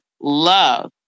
love